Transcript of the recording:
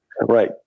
Right